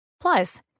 Plus